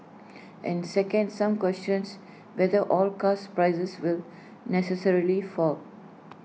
and second some questions whether all cars prices will necessarily fall